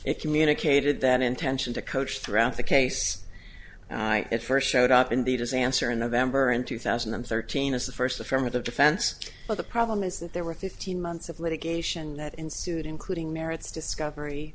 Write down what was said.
it communicated that intention to coach throughout the case it first showed up indeed as answer in november in two thousand and thirteen as the first affirmative defense but the problem is that there were fifteen months of litigation that ensued including merits discovery